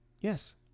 Yes